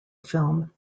film